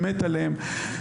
מת עליהם.